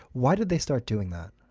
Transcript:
why did they start doing that?